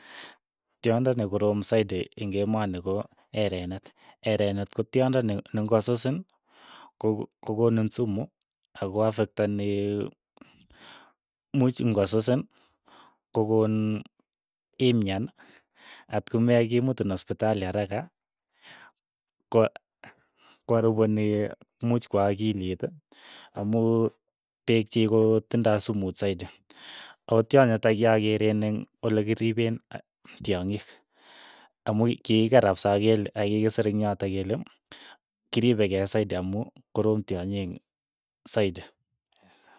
Tyondo ne koroom saiti ing emoni ko erenet, erenet ko tyondo ne ne ng'osusin ko- kokoniin sumu ako affektanii much ng'o susin kokoon imyan atkomekimutin ospitali araka, ko kwarupeni muuch kwa akilit amu peek chii kotindoi sumu saiti, ako tyony nitok kyakeren eng' olekiripen tyong'ik, amku kikikeer kapsa akele akikisir ing' yotok kele kiripe kei saiti amu koroom tyonyi eng' saiti.